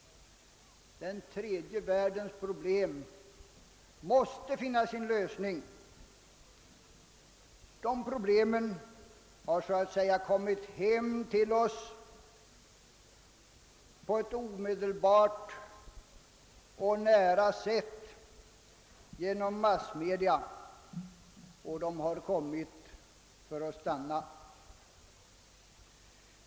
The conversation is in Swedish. Den tredje världens problem måste finna sin lösning. Dessa problem har så att säga kommit hem till oss på ett omedelbart och nära sätt genom massmedia, och de har kommit för att stanna.